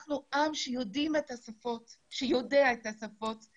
אנחנו עם שיודע את השפות.